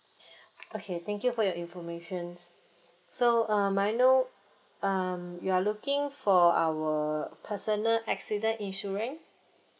okay thank you for your information so um may I know um you are looking for our personal accident insurance